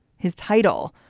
his title,